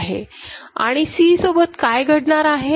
आणि C सोबत काय घडणार आहे